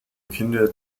kinder